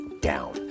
down